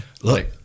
Look